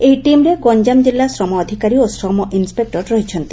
ଏହି ଟିମ୍ରେ ଗଞାମ ଜିଲ୍ଲା ଶ୍ରମ ଅଧିକାରୀ ଓ ଶ୍ରମ ଇନ୍ପେକ୍ର ଅଛନ୍ତି